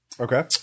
Okay